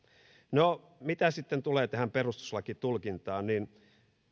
no mitä sitten tulee tähän perustuslakitulkintaan niin